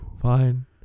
fine